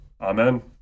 Amen